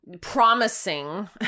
promising